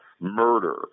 murder